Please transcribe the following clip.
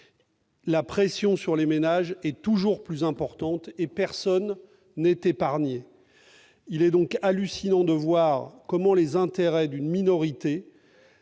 La pression sur les ménages est toujours plus forte et personne n'est épargné. Il est hallucinant de voir comment les intérêts d'une minorité